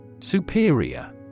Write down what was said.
Superior